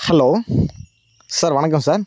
hello sir வணக்கம் sir